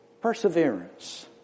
perseverance